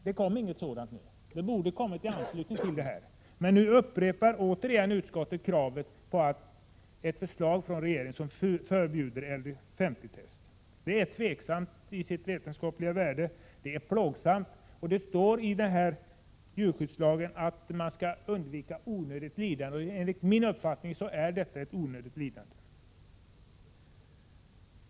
Det kom inget sådant förbud som borde ha kommit i anslutning till denna begäran. Nu upprepar utskottet kravet på ett förslag från regeringen om förbud för LDS0-testet. Dess vetenskapliga värde är tvivelaktigt, och det är plågsamt. Det står i djurskyddslagen att man skall undvika onödigt lidande, och enligt min mening är det här fråga om ett onödigt lidande.